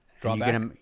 drawback